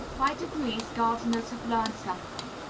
by degrees gardeners have learned something.